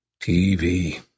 TV